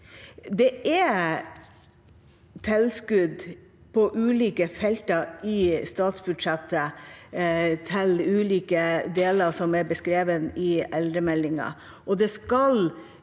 Det er tilskudd på ulike felt i statsbudsjettet til ulike deler, som er beskrevet i eldremeldingen.